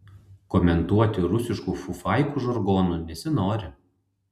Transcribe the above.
komentuoti rusiškų fufaikų žargonu nesinori